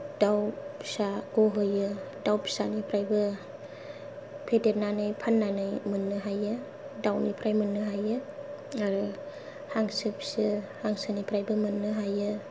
दाउ फिसाखौ होयो दाउ फिसानिफ्रायबो फेदेरनानै फाननानै मोननो हायो दाउनिफ्राय मोननो हायो आरो हांसो फिसियो हांसोनिफ्रायबो मोननो हायो